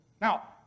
Now